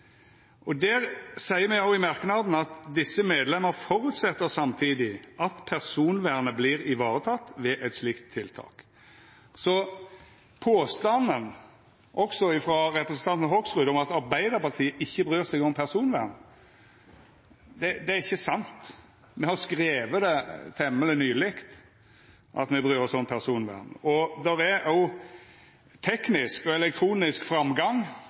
Senterpartiet der ein viser til at «regjeringen burde gått enda lenger i å effektivisere bompengeinnkrevingen», og at det er knytt til obligatorisk brikke. Me seier òg i merknaden: «Disse medlemmer forutsetter samtidig at personvernet blir ivaretatt ved et slikt tiltak.» Så påstanden – også frå representanten Hoksrud – om at Arbeidarpartiet ikkje bryr seg om personvern, er ikkje sann. Me har skrive det temmeleg nyleg at me bryr oss